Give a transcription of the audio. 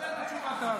אני מסתפק בתשובה כאן.